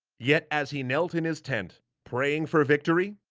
yet as he knelt in his tent praying for victory,